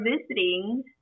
visiting